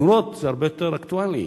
נורות זה הרבה יותר אקטואלי.